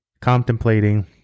contemplating